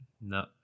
no